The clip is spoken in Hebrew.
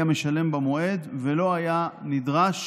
היה משלם במועד ולא היה נדרש